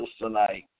tonight